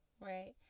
Right